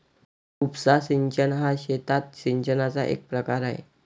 उपसा सिंचन हा शेतात सिंचनाचा एक प्रकार आहे